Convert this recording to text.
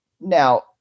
now